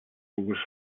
was